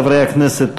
חברי הכנסת,